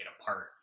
apart